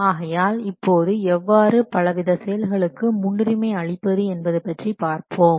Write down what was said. ஆகையால் இப்போது எவ்வாறு பலவித செயல்களுக்கு முன்னுரிமை அளிப்பது என்பது பற்றி பார்ப்போம்